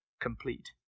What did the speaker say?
complete